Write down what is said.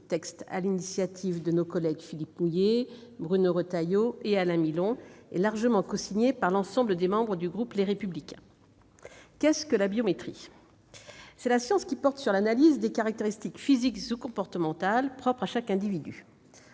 déposée par nos collègues Philippe Mouiller, Bruno Retailleau et Alain Milon et cosignée par l'ensemble des membres du groupe Les Républicains. Qu'est-ce que la biométrie ? La science de l'analyse des caractéristiques physiques et comportementales propres à chaque individu.